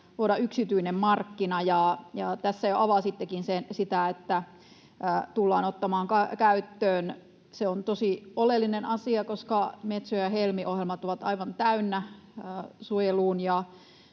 luoda yksityinen markkina? Tässä jo avasittekin sitä, että se tullaan ottamaan käyttöön. Se on tosi oleellinen asia, koska Metso- ja Helmi-ohjelmat ovat aivan täynnä suojelu-